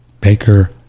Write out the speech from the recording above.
Baker